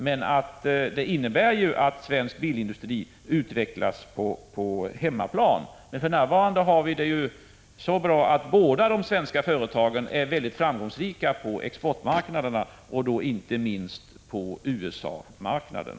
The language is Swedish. Detta innebär ju att svensk bilindustri utvecklas på hemmaplan, men för närvarande är det så lyckligt att båda de svenska bilföretagen är framgångsrika på exportmarknaderna, och inte minst på USA-marknaden.